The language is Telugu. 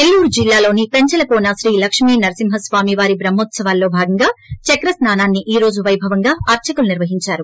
నెల్లూరు జిలాలోని పెంచల కోన శ్రీ లక్ష్మి నరసింహస్వామి వారి బ్రహ్మోత్సవాలలో భాగంగా చక్రస్నాన్ని వైభవంగా అర్చకులు నిర్వహించారు